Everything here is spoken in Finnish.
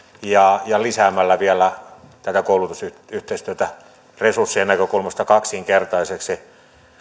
ja ja lisäämällä vielä tätä koulutusyhteistyötä resurssien näkökulmasta kaksinkertaiseksi